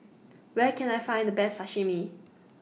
Where Can I Find The Best Sashimi